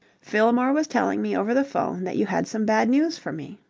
fillmore was telling me over the phone that you had some bad news for me.